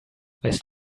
weißt